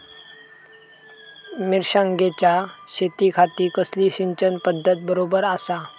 मिर्षागेंच्या शेतीखाती कसली सिंचन पध्दत बरोबर आसा?